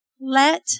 let